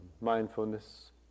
mindfulness